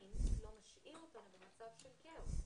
עדיין לא משאיר אותנו במצב של כאוס.